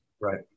Right